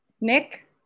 Nick